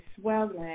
swelling